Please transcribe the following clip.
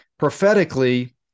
Prophetically